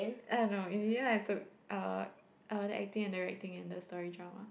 I don't know and you all have to uh the acting and directing in the story drama